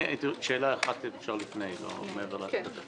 (היו"ר אבי ניסנקורן) שאלה אחת עוד לפני שנעבור לתקציב,